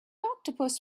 octopus